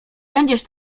będziesz